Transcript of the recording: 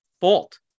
fault